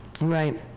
right